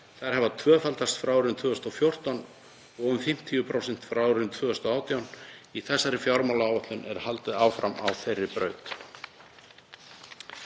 Þær hafa tvöfaldast frá árinu 2014 og um 50% frá árinu 2018. Í þessari fjármálaáætlun er haldið áfram á þeirri braut.